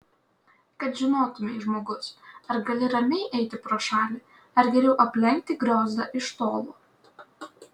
kad žinotumei žmogus ar gali ramiai eiti pro šalį ar geriau aplenkti griozdą iš tolo